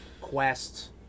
Quest